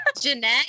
Jeanette